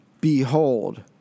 behold